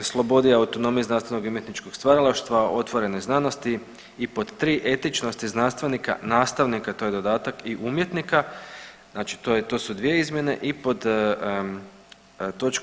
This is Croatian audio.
slobodi i autonomiji znanstvenog i umjetničkog stvaralaštva i otvorenoj znanosti i pod 3 etičnosti znanstvenika nastavnika, to je dodatak, i umjetnika, znači to je, to su dvije izmjene i pod toč.